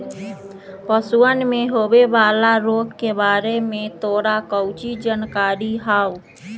पशुअन में होवे वाला रोग के बारे में तोरा काउची जानकारी हाउ?